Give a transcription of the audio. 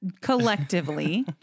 collectively